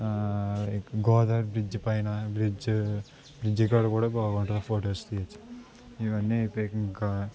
Godavari bridge పైన bridge bridge కాడ కూడా బాగుంటాయి ఫోటోస్ తీయవచ్చు ఇవన్నీ ఇ ఇంకా